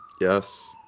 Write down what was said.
Yes